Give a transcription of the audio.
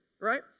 right